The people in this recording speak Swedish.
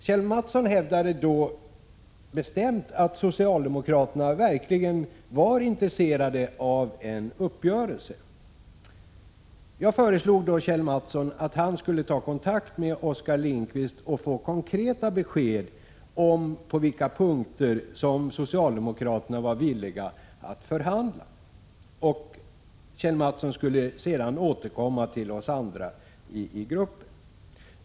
Kjell A. Mattsson hävdade då bestämt att socialdemokraterna verkligen var intresserade av en uppgörelse. Jag föreslog Kjell A. Mattsson att han skulle ta kontakt med Oskar Lindkvist för att få konkreta besked om på vilka punkter socialdemokraterna var villiga att förhandla. Kjell A.Mattsson skulle sedan återkomma till oss andra i gruppen.